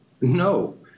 no